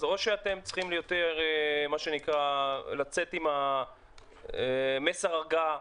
אז או שאתם צריכים יותר לצאת עם מסר הרגעה